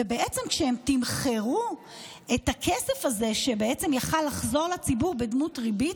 ובעצם כשהם תמחרו את הכסף הזה שיכול לחזור לציבור בדמות ריבית,